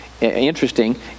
interesting